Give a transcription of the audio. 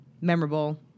memorable